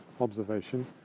observation